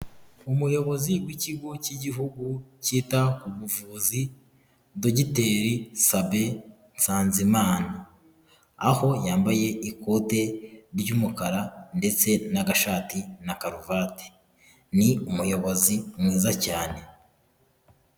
Umuyobozi w'ikigo cy'igihugu cyita ku ubuvuzi, Dogiteri, Sabe Nsanzimana. Aho yambaye ikote ry'umukara ndetse n'agashati na karuvati. Ni umuyobozi mwiza cyane.